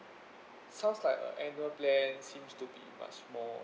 sounds like a annual plan seems to be much more